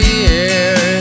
years